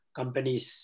companies